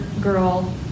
girl